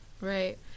Right